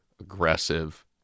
aggressive